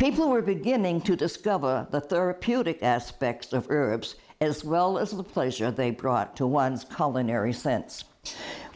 people were beginning to discover the therapeutic aspects of herbs as well as the pleasure they brought to one's called an airy sense